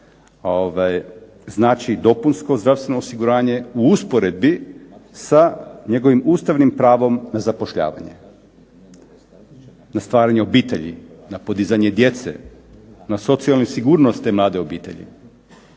znači dopunsko zdravstveno osiguranje u usporedbi sa njegovim Ustavnim pravom na zapošljavanje, na stvaranje obitelji, na podizanje djece, na socijalnu sigurnost te mlade obitelji.